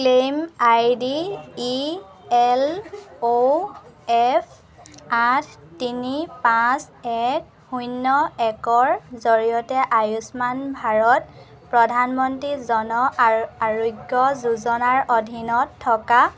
claim I D E L O F আঠ তিনি পাঁচ এক শূন্য একৰ জৰিয়তে আয়ুষ্মান ভাৰত প্ৰধানমন্ত্ৰী জন আৰো আৰোগ্য যোজনাৰ অধীনত থকা